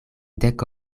dek